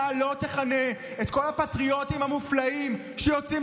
אתה לא תכנה את כל הפטריוטים המופלאים שיוצאים